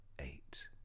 eight